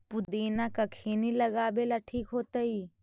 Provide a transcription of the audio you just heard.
पुदिना कखिनी लगावेला ठिक होतइ?